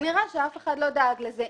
כנראה שאף אחד לא דאג לזה.